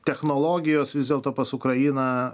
technologijos vis dėlto pas ukrainą